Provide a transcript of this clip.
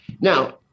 now